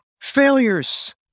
failures